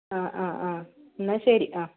ആ ആ ആ എന്നാൽ ശരി ആ